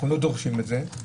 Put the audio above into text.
אנחנו לא דורשים את זה.